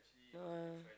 uh